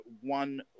one